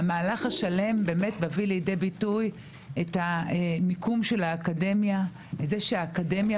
המהלך השלם מביא לידי ביטוי את המיקום של האקדמיה זה שהאקדמיה